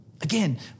Again